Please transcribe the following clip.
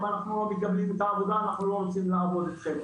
אם אנחנו לא מקבלים את העבודה אנחנו לא רוצים לעבוד אתכם.